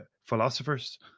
philosophers